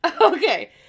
Okay